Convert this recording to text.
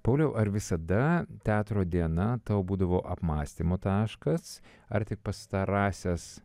pauliau ar visada teatro diena tau būdavo apmąstymo taškas ar tik pastarąsias